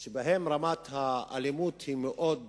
שבהן רמת האלימות היא מאוד